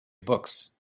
books